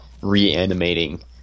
reanimating